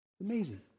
Amazing